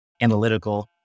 analytical